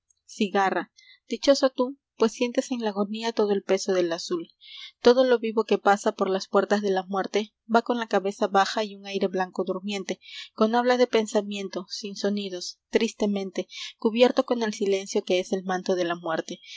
cigarra dichosa tú pues sientes en la agonía todo el peso del azul todo lo vivo que pasa por las puertas de la muerte va con la cabeza baja y un aire blanco durmiente con habla de pensamiento sin sonidos tristemente cubierto con el silencio que es l manto